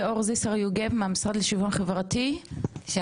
ליאור זיסר יוגב, מהמשרד לשוויון חברתי, בבקשה.